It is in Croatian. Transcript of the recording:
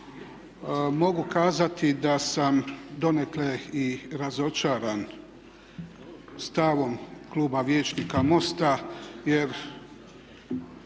mogu kazati da sam donekle i razočaran stavom Kluba vijećnika MOST-a jer